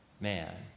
man